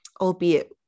albeit